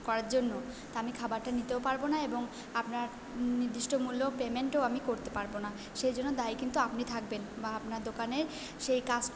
করার জন্য তা আমি খাবারটা নিতেও পারবো না এবং আপনার নির্দিষ্ট মূল্য পেমেন্টও আমি করতে পারব না সেজন্য দায়ী কিন্তু আপনি থাকবেন বা আপনার দোকানের সেই কাস্ট